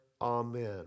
Amen